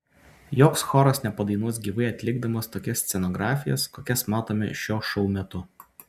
joks choras nepadainuos gyvai atlikdamas tokias scenografijas kokias matome šio šou metu